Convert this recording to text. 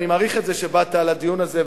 ואני מעריך שבאת לדיון הזה,